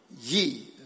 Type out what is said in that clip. ye